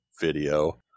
video